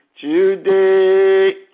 today